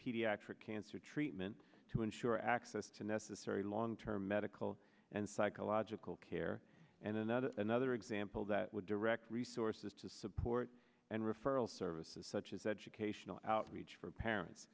pediatric cancer treatment to ensure access to necessary long term medical and psychological care and another another example that would direct resources to support and referral services such as educational outreach for parents